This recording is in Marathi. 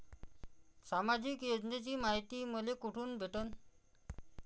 सामाजिक योजनेची मायती मले कोठून भेटनं?